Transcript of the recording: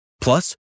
Plus